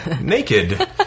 naked